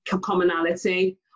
commonality